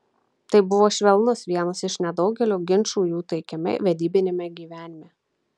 tai buvo švelnus vienas iš nedaugelio ginčų jų taikiame vedybiniame gyvenime